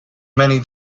many